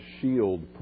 shield